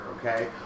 okay